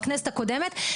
בכנסת הקודמת,